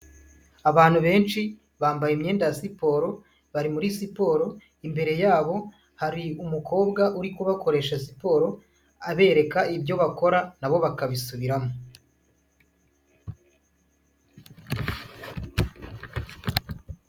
Abantu benshi bambaye imyenda ya siporo, bari muri siporo. Imbere yabo hari umukobwa uri kubakoresha siporo, abereka ibyo bakora nabo bakabisubiramo.